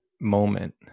Moment